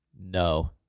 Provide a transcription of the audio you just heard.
No